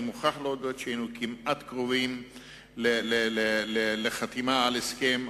אני מוכרח להודות שהיינו כמעט קרובים לחתימה על הסכם,